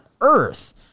earth